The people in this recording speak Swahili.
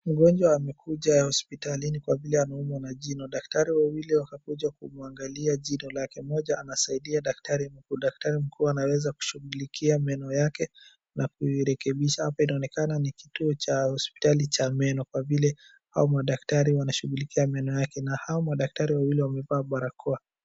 Mgonjwa amekuja hosipitalini kwa vile ameumwa na jino. Daktari wawili wakakuja kumuangali jino lake. Mmoja anasaidia daktari mkuu, daktari mkuu anaweza kushughulikia meno yake na kuirekebisha. Hapa inaonekana ni Kituo cha hosipitali cha meno kwa vile hao madaktari wanashughulikia meno yake na hao madaktari wawili wamevaa barakoa.